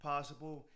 Possible